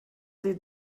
sie